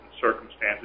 circumstances